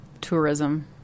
tourism